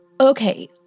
Okay